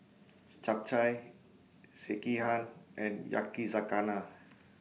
Japchae Sekihan and Yakizakana